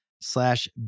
Slash